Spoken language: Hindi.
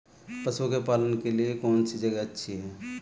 पशुओं के पालन के लिए कौनसी जगह अच्छी है?